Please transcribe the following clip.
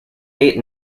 eight